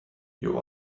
you